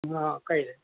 हा कळले चालतंय